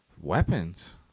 Weapons